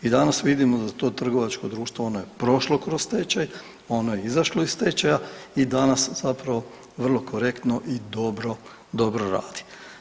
I danas vidimo da to trgovačko društvo ono je prošlo kroz stečaj, ono je izašlo iz stečaja i danas zapravo vrlo korektno i dobro radi.